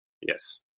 Yes